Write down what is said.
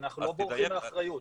אנחנו לא בורחים מאחריות.